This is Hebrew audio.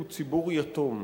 הוא ציבור יתום.